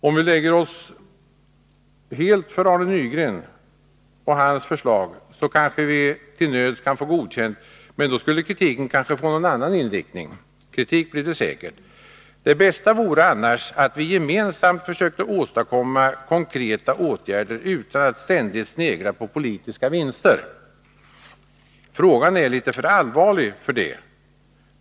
Om vi lägger oss helt för Arne Nygrens förslag, kanske vi till nöds kan få godkänt, men då skulle kritiken antagligen få någon annan inriktning. Kritik bleve det säkert. Det bästa vore annars att vi gemensamt försökte åstadkomma konkreta åtgärder utan att ständigt snegla på politiska vinster. Frågan är litet för allvarlig för det.